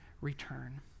return